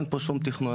אין פה שום תכנון.